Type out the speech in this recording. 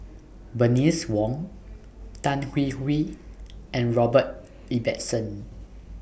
Bernice Wong Tan Hwee Hwee and Robert Ibbetson